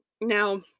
Now